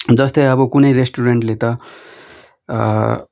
जस्तै अब कुनै रेस्टुरेन्टले त